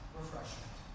refreshment